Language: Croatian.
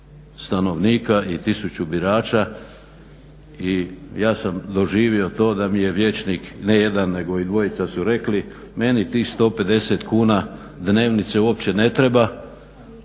stanovnika i tisuću birača i ja sam doživio to da mi je vijećnik ne jedan nego i dvojica su rekli meni tih 150 kuna dnevnice uopće ne treba,